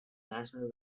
national